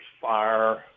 fire